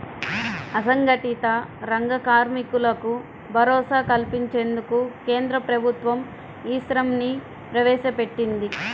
అసంఘటిత రంగ కార్మికులకు భరోసా కల్పించేందుకు కేంద్ర ప్రభుత్వం ఈ శ్రమ్ ని ప్రవేశపెట్టింది